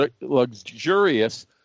luxurious